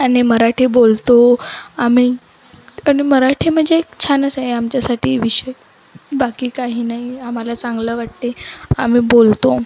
आणि मराठी बोलतो आम्ही आणि मराठी म्हणजे एक छानच आहे आमच्यासाठी विषय बाकी काही नाही आम्हाला चांगलं वाटते आम्ही बोलतो